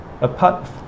apart